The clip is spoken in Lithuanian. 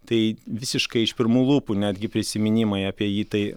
tai visiškai iš pirmų lūpų netgi prisiminimai apie jį tai